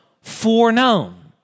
foreknown